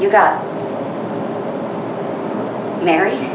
you got mar